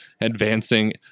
advancing